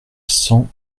cent